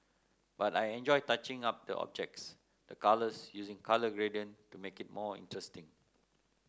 but I enjoy touching up the objects the colours using colour gradient to make it more interesting